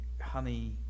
honey